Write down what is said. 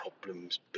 problems